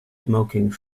smoking